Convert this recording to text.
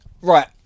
Right